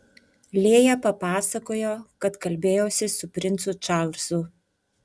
lėja papasakojo kad kalbėjosi su princu čarlzu